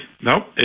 Nope